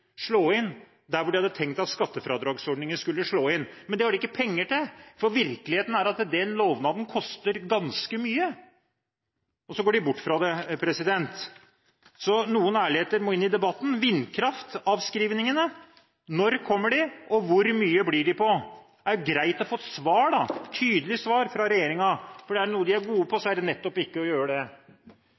der hvor de hadde tenkt at skattefradragsordningen skulle slå inn. Men det har de ikke penger til, for virkeligheten er at den lovnaden koster ganske mye – og så går de bort fra det. Noe ærlighet må inn i debatten. Vindkraftavskrivningene – når kommer de, og hvor mye blir de på? Det hadde vært greit å få et tydelig svar fra regjeringen. Er det noe de er gode på, er det nettopp ikke å gi det.